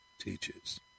teaches